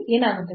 ಏನಾಗುತ್ತದೆ